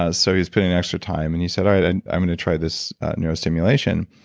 ah so he's putting in extra time. and he said, all right. and i'm gonna try this neurostimulation.